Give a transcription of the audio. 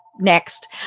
next